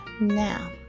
Now